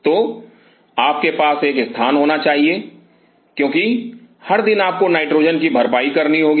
तो आपके पास एक स्थान होना चाहिए क्योंकि हर दिन आपको नाइट्रोजन की भरपाई करनी होगी